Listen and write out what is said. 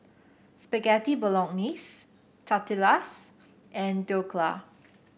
Spaghetti Bolognese Tortillas and Dhokla